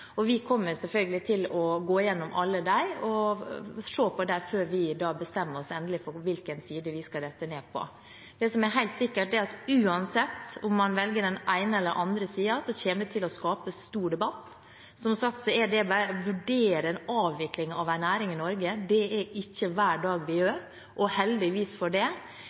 Vi kommer selvfølgelig til å gå gjennom alle sammen og se på dem før vi bestemmer oss endelig for hvilken side vi skal falle ned på. Det som er helt sikkert, er at uansett om man velger den ene eller den andre siden, kommer det til å skape stor debatt. Som sagt så er det å vurdere en avvikling av en næring i Norge ikke hver dag vi gjør, og heldigvis for det.